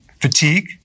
fatigue